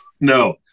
No